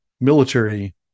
military